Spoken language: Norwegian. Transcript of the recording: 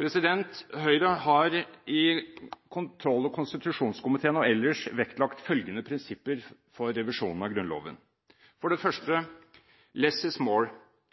Høyre har i kontroll- og konstitusjonskomiteen og ellers vektlagt enkelte prinsipper for revisjonen av Grunnloven. For det første: